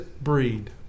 breed